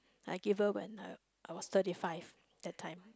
I give birth when I I was thirty five that time